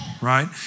right